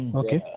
okay